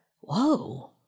Whoa